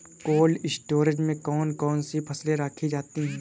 Cold storage में कौन कौन सी फसलें रखी जाती हैं?